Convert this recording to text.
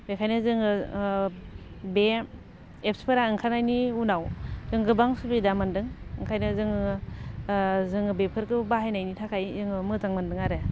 बेखायनो जोङो बे एप्सफोरा ओंखारनायनि उनाव गोबां जों सुबिदा मोनदों बेखायनो जोङो जोङो बेफोरखौ बाहायनायनि थाखाय जोङो मोजां मोनदों आरो